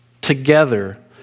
together